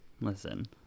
listen